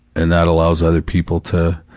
and that allows other people to,